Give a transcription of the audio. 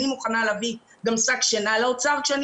אני מוכנה להביא גם שק שני לאוצר כשאני